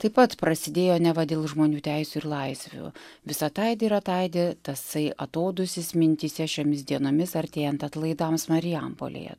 taip pat prasidėjo neva dėl žmonių teisių ir laisvių vis ataidi ir ataidi tasai atodūsis mintyse šiomis dienomis artėjant atlaidams marijampolėje